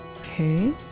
Okay